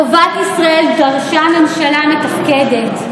(טובת ישראל דרשה ממשלה מתפקדת,